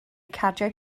cardiau